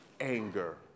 anger